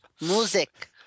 music